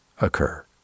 occur